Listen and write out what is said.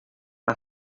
mar